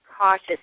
cautious